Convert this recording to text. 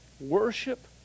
worship